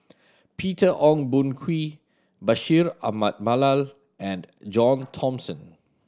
Peter Ong Boon Kwee Bashir Ahmad Mallal and John Thomson